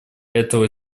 этого